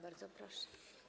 Bardzo proszę.